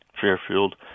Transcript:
Fairfield